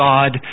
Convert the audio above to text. God